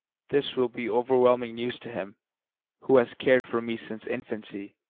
this will be overwhelming news to him who has cared for me since infancy.